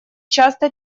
часто